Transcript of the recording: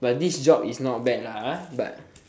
but this job is not bad lah but